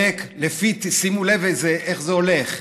שימו לב איך זה הולך: